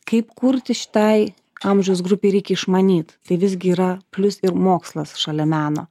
kaip kurti šitai amžiaus grupei reikia išmanyt tai visgi yra plius ir mokslas šalia meno